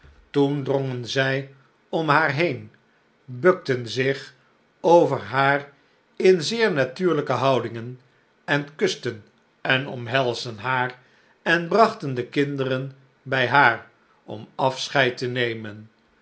toen drongen zij om haar heen bukten zich over haar in zeer natuurlijke houdingen en kusten en omhelsden haar en brachten de kinderen bij haar om afscheid te nemen